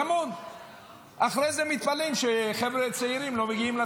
וזה יהיה תיקון באמת, זה יהיה תיקון של עוול.